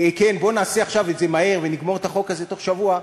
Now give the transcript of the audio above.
בואו נעשה את זה עכשיו מהר ונגמור את החוק הזה בתוך שבוע,